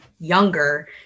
younger